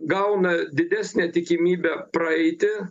gauna didesnę tikimybę praeiti